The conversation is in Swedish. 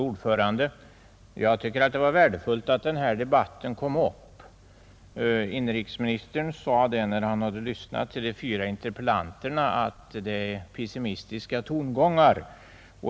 Fru talman! Jag tycker det var värdefullt att denna debatt kom upp. Inrikesministern sade att han, när han lyssnade på de fyra interpellanterna, fann tongångarna pessimistiska.